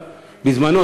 בזמנו,